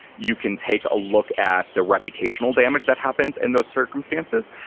you can take a look at the reputational damage that happens in those circumstances.